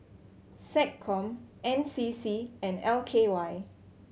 SecCom N C C and L K Y